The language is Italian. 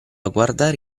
guardare